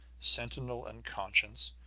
sentinel and conscience,